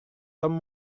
tom